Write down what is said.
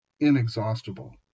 inexhaustible